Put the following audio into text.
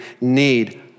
need